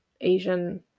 Asian